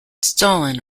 stalin